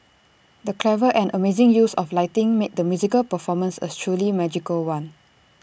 the clever and amazing use of lighting made the musical performance A truly magical one